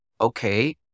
okay